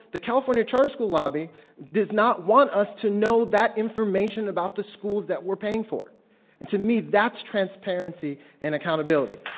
the california charter school lobby does not want us to know that information about the schools that we're paying for. and to me, that's transparency and accountability.